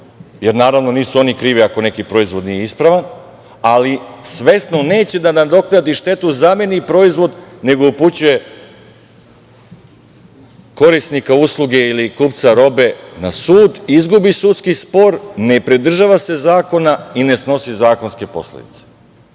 jer nisu oni krivi ako neki proizvod nije ispravan, ali svesno neće da nadoknadi štetu, zameni proizvod, nego upućuje korisnika usluge ili kupca robe na sud, izgubi sudski spor, ne pridržava se zakona i ne snosi zakonske posledice. Makar